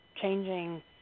changing